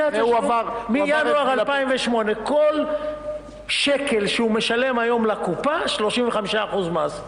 מינואר 2008, כל שקל שהוא משלם היום לקופה 35% מס.